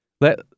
let